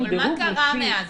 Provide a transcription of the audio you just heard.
בסדר, אבל מה קרה מאז?